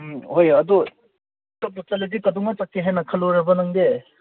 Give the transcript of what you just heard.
ꯎꯝ ꯍꯣꯏ ꯑꯗꯣ ꯆꯠꯄꯨ ꯆꯠꯂꯗꯤ ꯀꯩꯗꯧꯉꯩ ꯆꯠꯁꯤ ꯍꯥꯏꯅ ꯈꯜꯂꯨꯔꯕ ꯅꯪꯗꯤ